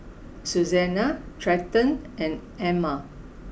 Susannah Trenton and Amma